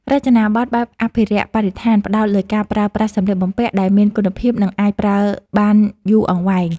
រចនាប័ទ្មបែបអភិរក្សបរិស្ថានផ្តោតលើការប្រើប្រាស់សម្លៀកបំពាក់ដែលមានគុណភាពនិងអាចប្រើបានយូរអង្វែង។